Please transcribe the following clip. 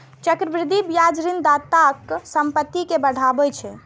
चक्रवृद्धि ब्याज ऋणदाताक संपत्ति कें बढ़ाबै छै